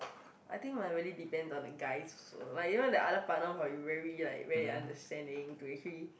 I think must really depend on the guys also like you know the other partner must be really like very understanding to actually